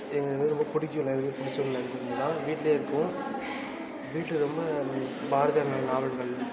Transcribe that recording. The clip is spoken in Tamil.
எங்களுக்கு ரொம்ப பிடிக்கும் லைப்ரரி பிடிச்சது லைப்ரரி தான் வீட்டிலே இருக்கும் வீட்டில ரொம்ப பாரதியார் நாவல்கள்